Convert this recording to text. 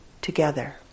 together